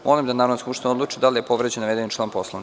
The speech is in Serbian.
Molim da Narodna skupština odluči da li je povređen navedeni član Poslovnika.